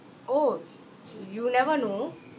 orh you never know